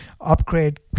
upgrade